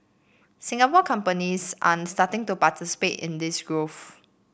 Singapore companies starting to participate in this growth